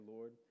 Lord